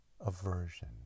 aversion